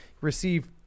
receive